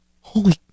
holy